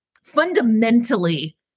fundamentally